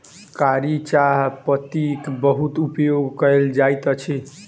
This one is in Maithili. कारी चाह पत्तीक बहुत उपयोग कयल जाइत अछि